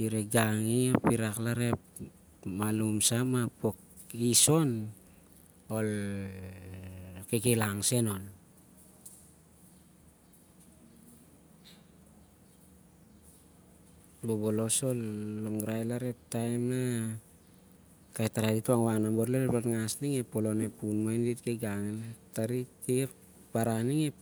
Di gangi ap irak larep malum sen mah kok- is- on- o-ol- kikilang sen- on. Bobolos ol longrai larep taem nah, kai tarai dit wangwang sai- talang an lon ngas ning, ep polon ep fun mah- ining. Iding ep baran ning ep